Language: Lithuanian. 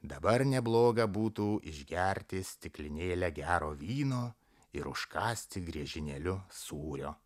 dabar nebloga būtų išgerti stiklinėlę gero vyno ir užkąsti griežinėliu sūrio